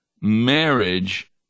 marriage